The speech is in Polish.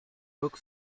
rok